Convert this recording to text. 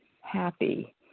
happy